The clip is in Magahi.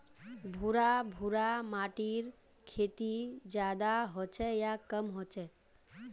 भुर भुरा माटिर खेती ज्यादा होचे या कम होचए?